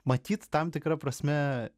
matyt tam tikra prasme